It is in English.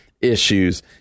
issues